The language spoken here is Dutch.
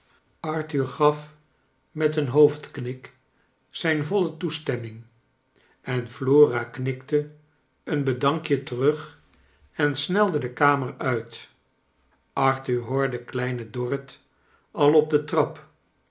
arthur gaf met een hoofdknik zijn voile toestemming en flora knikte een bedankje terug en snelde de kamer uit arthur hoorde kleine dorrit al op de trap